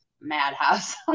madhouse